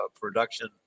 production